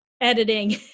editing